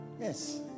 yes